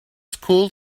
school